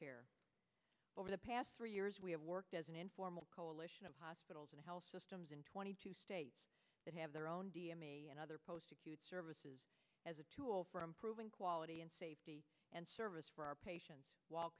ere over the past three years we have worked as an informal coalition of hospitals and health systems in twenty two states that have their own d m a and other post acute services as a tool for improving quality and safety and service for our patients while